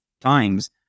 times